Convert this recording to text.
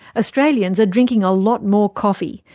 australians are drinking a lot more coffee.